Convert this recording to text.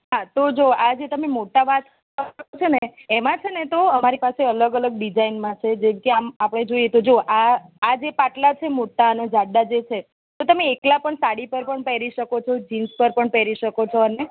હા તો જો આ જે તમે મોટા વાત કરો છો ને એમાં છે ને તો અમારી પાસે અલગ અલગ ડિઝાઇનમાં છે જેમકે આમ આપણે જોઈએ તો જો આ આ આ જે પાટલા છે મોટા અને જાડા જે છે એ તમે એકલા પણ સાડી પર પણ પહેરી શકો છો જીન્સ પર પણ પહેરી શકો છો અને